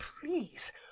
please